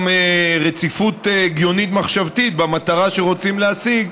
גם אין לה רציפות הגיונית מחשבתית במטרה שרוצים להשיג.